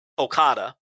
Okada